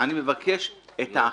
אני מבקש את האכיפה.